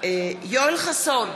יואל חסון,